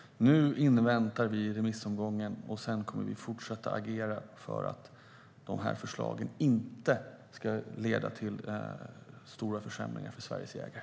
Nu inväntar vi remissomgången, och sedan kommer vi att fortsätta att agera för att förslagen inte ska leda till stora försämringar för Sveriges jägare.